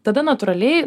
tada natūraliai